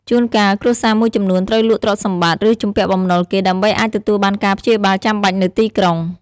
ជួនកាល គ្រួសារមួយចំនួនត្រូវលក់ទ្រព្យសម្បត្តិ ឬជំពាក់បំណុលគេ ដើម្បីអាចទទួលបានការព្យាបាលចាំបាច់នៅទីក្រុង។